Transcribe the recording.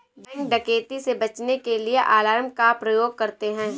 bank डकैती से बचने के लिए अलार्म का प्रयोग करते है